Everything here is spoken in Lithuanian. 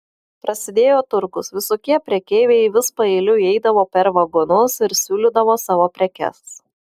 prasidėjo turgus visokie prekeiviai vis paeiliui eidavo per vagonus ir siūlydavo savo prekes